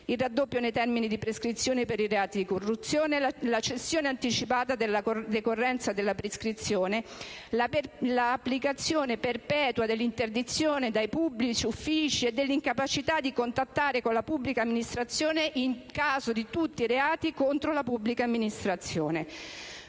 il raddoppio dei termini di prescrizione per i reati di corruzione, la cessazione anticipata della decorrenza della prescrizione, l'applicazione perpetua dell'interdizione dai pubblici uffici e dell'incapacità di contrattare con la pubblica amministrazione in caso di tutti i reati contro la pubblica amministrazione.